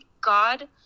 God